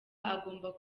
agomba